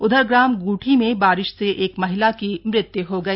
उधर ग्राम गूठी में बारिश से एक महिला की मृत्य् हो गई